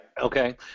okay